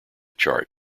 chart